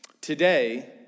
Today